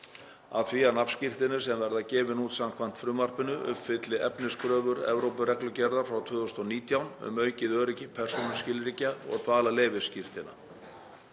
að því að nafnskírteini sem verða gefin út samkvæmt frumvarpinu uppfylli efniskröfur Evrópureglugerðar frá 2019 um aukið öryggi persónuskilríkja og dvalarleyfisskírteina.